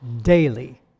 daily